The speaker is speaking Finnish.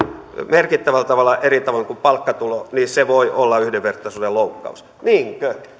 merkittävällä tavalla eri tavoin kuin palkkatuloa niin se voi olla yhdenvertaisuuden loukkaus niinkö